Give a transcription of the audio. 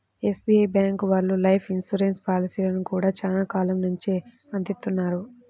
SBI bank వాళ్ళు life insurance పాలసీలను గూడా చానా కాలం నుంచే అందిత్తన్నారు